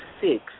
six